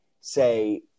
say